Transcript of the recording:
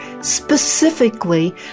specifically